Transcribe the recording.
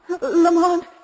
Lamont